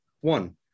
One